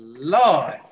lord